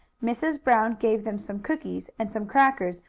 mrs. brown gave them some cookies, and some crackers,